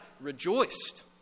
rejoiced